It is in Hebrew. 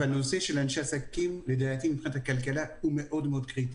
הנושא של אנשי עסקים לדעתי מבחינת הכלכלה הוא מאוד מאוד קריטי.